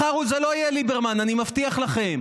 מחר זה לא יהיה ליברמן, אני מבטיח לכם,